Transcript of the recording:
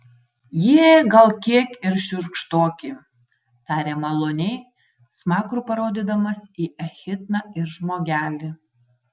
jie gal kiek ir šiurkštoki tarė maloniai smakru parodydamas į echidną ir žmogelį